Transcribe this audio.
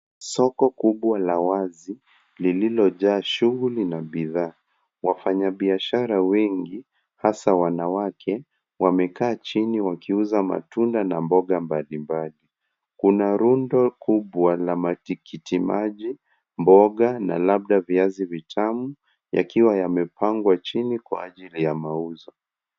Soko kubwa la wazi lililojaa shughuli na bidhaa. Wafanyabiashara wengi hasa wanawake wamekaa chini wakiuza matunda na mboga mbalimbali. Kuna rundo kubwa la matikiti maji, mboga na labda viazi vitamu yakiwa yamepangwa chini kwa ajili ya mauzo.